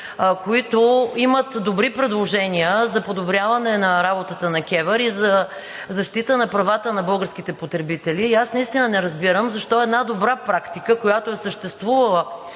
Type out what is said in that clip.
които имат добри предложения за подобряване на работата на КЕВР и за защита на правата на българските потребители. Аз наистина не разбирам защо една добра практика, която е съществувала